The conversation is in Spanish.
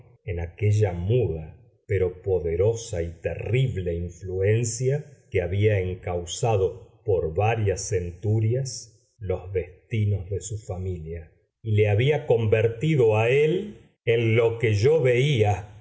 en aquella muda pero poderosa y terrible influencia que había encauzado por varias centurias los destinos de su familia y le había convertido a él en lo que yo veía